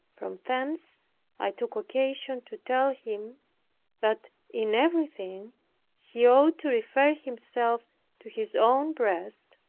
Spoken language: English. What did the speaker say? from thence i took occasion to tell him that in everything he ought to refer himself to his own breast,